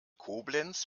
koblenz